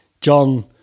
John